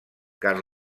car